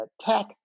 tech